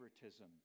favoritism